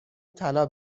طلا